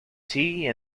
tea